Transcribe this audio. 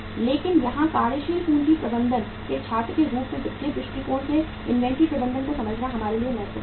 लेकिन यहां कार्यशील पूंजी प्रबंधन के छात्र के रूप में वित्तीय दृष्टिकोण से इन्वेंट्री प्रबंधन को समझना हमारे लिए बहुत महत्वपूर्ण है